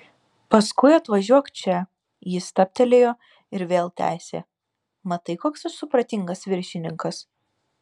paskui atvažiuok čia jis stabtelėjo ir vėl tęsė matai koks aš supratingas viršininkas